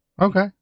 Okay